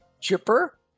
chipper